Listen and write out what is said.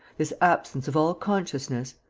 this absence of all consciousness,